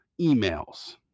Emails